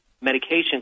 medication